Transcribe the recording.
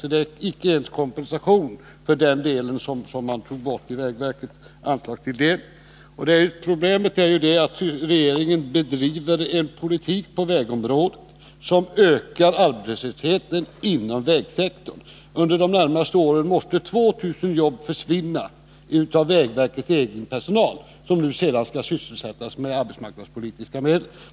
Detta belopp är inte ens kompensation för den del som tagits bort ur vägverkets anslagstilldelning. Problemet är att regeringen bedriver en politik på vägområdet som ökar arbetslösheten inom vägsektorn. Under de närmaste åren måste 2 000 jobb försvinna för vägverkets egen personal som sedan skall sysselsättas genom arbetsmarknadspolitiska medel.